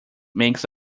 makes